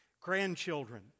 Grandchildren